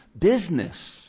business